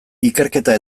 ikerketa